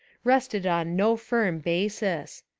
rested on no firm basis.